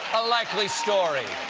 a likely story.